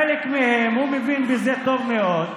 חלק מהם, הוא מבין בזה טוב מאוד,